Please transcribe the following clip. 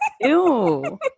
Ew